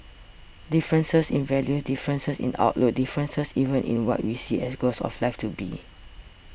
differences in values differences in outlooks differences even in what we see as goals of life to be